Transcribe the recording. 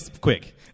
quick